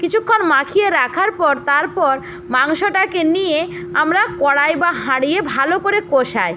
কিছুক্ষণ মাখিয়ে রাখার পর তারপর মাংসটাকে নিয়ে আমরা কড়াই বা হাঁড়িয়ে ভালো করে কষাই